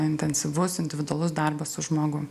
intensyvus individualus darbas su žmogum